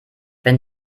wenn